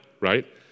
right